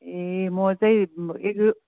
ए म चाहिँ एग्रु